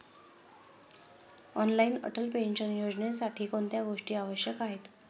Online Atal pension योजनेसाठी कोणत्या गोष्टी आवश्यक आहेत?